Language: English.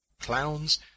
Clowns